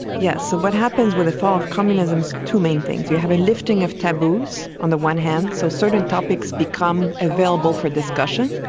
yes, so what happens with the fall of communism is two main things. you have a lifting of taboos on the one hand, so certain topics become available for discussion.